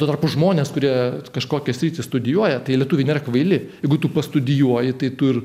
tuo tarpu žmonės kurie kažkokią sritį studijuoja tai lietuviai nėra kvaili jeigu tu pastudijuoji tai tu ir